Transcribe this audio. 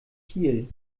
kiel